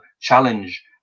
challenge